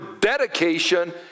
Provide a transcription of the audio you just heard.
dedication